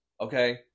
Okay